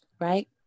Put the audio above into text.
right